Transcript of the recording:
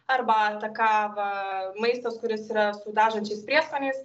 arbatą kavą maistas kuris yra su dažančiais prieskoniais